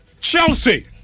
Chelsea